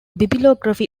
bibliography